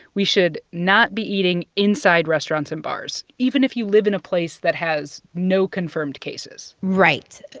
we should not be eating inside restaurants and bars even if you live in a place that has no confirmed cases right.